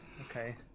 Okay